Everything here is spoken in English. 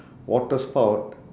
water spout